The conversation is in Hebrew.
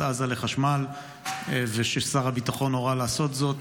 עזה לחשמל וששר הביטחון הורה לעשות זאת,